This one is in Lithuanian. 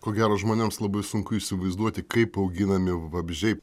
ko gero žmonėms labai sunku įsivaizduoti kaip auginami vabzdžiai